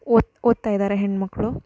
ಓದು ಓದ್ತಾಯಿದಾರೆ ಹೆಣ್ಣುಮಕ್ಳು